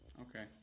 Okay